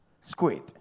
squid